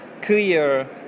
clear